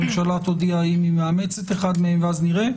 הממשלה תודיע האם היא מאמצת אחד מהם, ואז נראה.